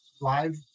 live